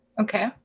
Okay